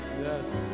Yes